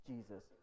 Jesus